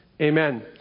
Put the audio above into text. Amen